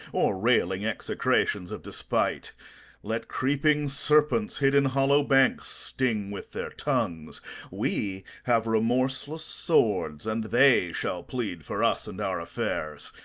or railing execrations of despite let creeping serpents, hid in hollow banks, sting with their tongues we have remorseless swords, and they shall plead for us and our affairs.